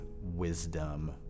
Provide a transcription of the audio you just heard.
wisdom